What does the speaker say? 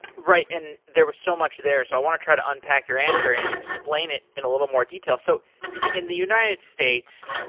right. there was so much there, so i want to try to unpack your answer and explain it in a little more detail. so in the united states,